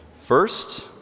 first